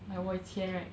like 我以前 right